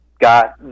got